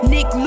Nick